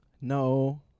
No